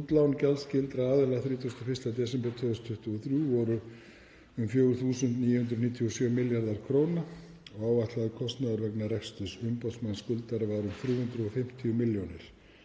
Útlán gjaldskyldra aðila 31. desember 2023 voru um 4.997 milljarðar kr. og áætlaður kostnaður vegna reksturs umboðsmanns skuldara var um 350 millj. kr.